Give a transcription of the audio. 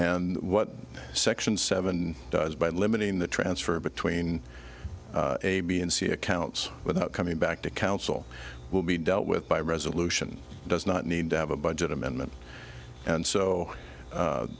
and what section seven does by limiting the transfer between a b and c accounts without coming back to council will be dealt with by resolution does not need to have a budget amendment and so